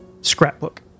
scrapbook